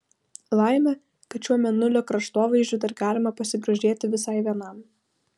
laimė kad šiuo mėnulio kraštovaizdžiu dar galima pasigrožėti visai vienam